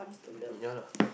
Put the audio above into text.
yeah lah